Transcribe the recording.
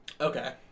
okay